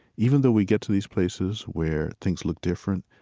even though we get to these places where things look different,